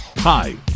Hi